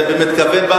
חבר הכנסת גפני,